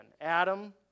Adam